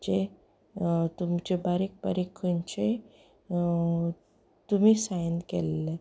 जे तुमचे बारीक बारीक खंयचेय तुमी सायन केल्ले